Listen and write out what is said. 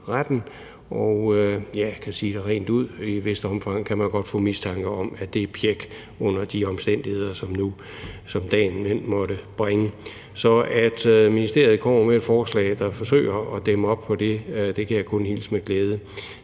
og jeg kan sige rent ud, at i et vist omfang kan man godt få mistanke om, at det er pjæk under de omstændigheder, som dagen måtte bringe. Så at ministeriet kommer med et forslag, der forsøger at dæmme op for det, kan jeg kun hilse med glæde.